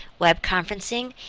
web conferencing,